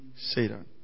Satan